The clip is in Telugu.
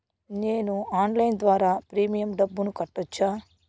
నేను ఆన్లైన్ ద్వారా ప్రీమియం డబ్బును కట్టొచ్చా?